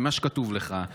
ממה שכתוב לך,